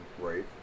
right